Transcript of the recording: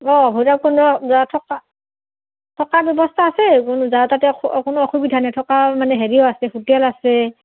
অঁ ভৈৰৱকুণ্ড যোৱা থকা থকাৰ ব্যৱস্থা আছে যাৱাৰ তাতে কোনো অসুবিধা নাই থকা মানে হেৰিও আছে হোটেল আছে